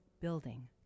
building